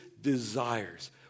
desires